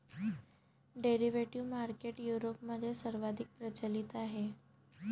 derivative market युरोपमध्ये सर्वाधिक प्रचलित आहे